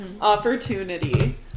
opportunity